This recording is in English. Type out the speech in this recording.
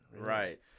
Right